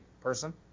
person